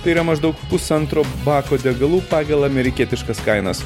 tai yra maždaug pusantro bako degalų pagal amerikietiškas kainas